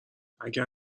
اگر